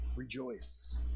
Rejoice